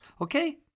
okay